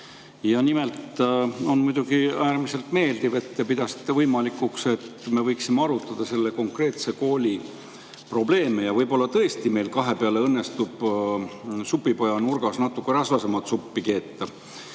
Muidugi on äärmiselt meeldiv, et te pidasite võimalikuks, et me võiksime arutada selle konkreetse kooli probleeme. Võib-olla tõesti meil kahe peale õnnestub supipaja ühes nurgas natuke rasvasemat suppi keeta.